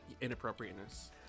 inappropriateness